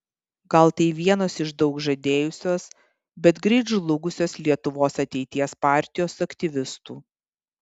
gal tai vienas iš daug žadėjusios bet greit žlugusios lietuvos ateities partijos aktyvistų